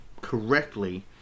correctly